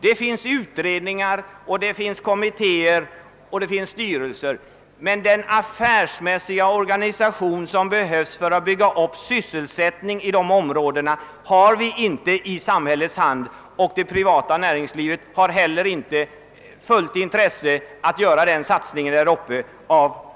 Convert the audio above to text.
Det finns utredningar, det finns kommittéer och det finns styrelser, men den affärsmässiga organisation vi behöver för att bygga upp sysselsättningen i det området har vi inte i samhällets hand. Och det privata näringslivet har av olika skäl inte fullt intresse av att göra den erforderliga satsningen däruppe.